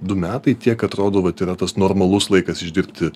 du metai tiek atrodo vat yra tas normalus laikas išdirbti